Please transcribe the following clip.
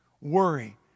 worry